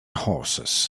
horses